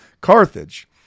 Carthage